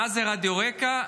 מה זה רדיו רק"ע?